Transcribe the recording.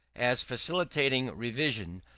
as facilitating revision,